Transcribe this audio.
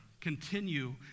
continue